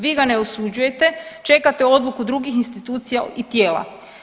Vi ga ne osuđujete, čekate odluku drugih institucija i tijela.